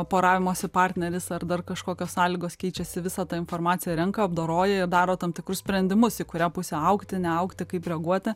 poravimosi partneris ar dar kažkokios sąlygos keičiasi visą tą informaciją renka apdoroja ir daro tam tikrus sprendimus į kurią pusę augti neaugti kaip reaguoti